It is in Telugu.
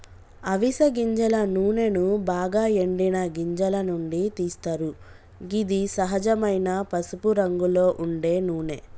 అవిస గింజల నూనెను బాగ ఎండిన గింజల నుండి తీస్తరు గిది సహజమైన పసుపురంగులో ఉండే నూనె